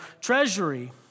treasury